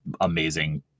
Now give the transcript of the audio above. amazing